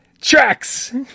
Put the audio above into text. Tracks